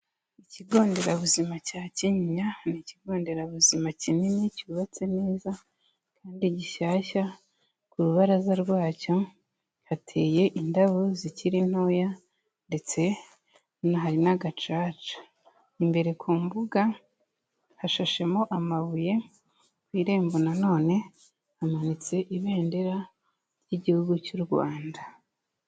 Ikigo Nderabuzima cya Kinyinya ni Ikigo Nderabuzima kinini cyubatse neza kandi gishyashya, ku rubaraza rwacyo hateye indabo zikiri ntoya ndetse hanari n'agacaca. Imbere ku mbuga hashashemo amabuye, ku irembo nanone hamanitse ibendera ry'Igihugu cy'u Rwanda.